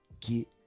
Get